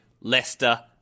Leicester